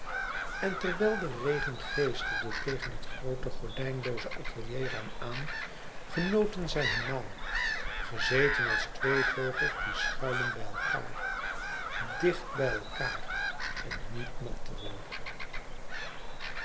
en terwijl de regen geeselde tegen het groote gordijnlooze atelierraam aan genoten zij hun maal gezeten als twee vogels die schuilen bij elkaâr dicht bij elkaâr om niet nat te worden